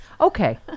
Okay